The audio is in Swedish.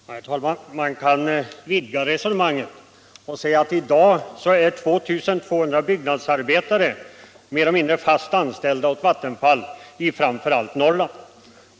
Herr talman! Man kan vidga resonemanget och säga att i dag är 2 200 byggnadsarbetare mer eller mindre fast anställda hos Vattenfall, framför allt i Norrland.